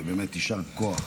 ובאמת יישר כוח.